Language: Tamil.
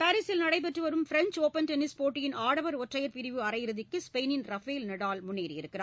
பாரிஸில் நடைபெற்று வரும் பிரெஞ்ச் ஒப்பன் டென்னிஸ் போட்டியின் ஆடவர் ஒற்றையர் பிரிவு அரையிறுதிக்கு ஸ்பெயினின் ரஃபேல் நடால் முன்னேறியுள்ளார்